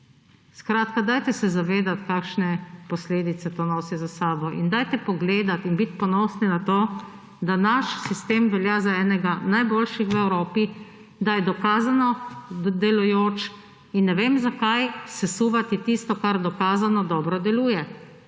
Skratka, dajte se zavedati, kakšne posledice to nosi za sabo, in dajte pogledati in biti ponosni na to, da naš sistem velja za enega najboljših v Evropi, da je dokazano delujoč. Ne vem, zakaj sesuvati tisto, kar dokazano dobro deluje,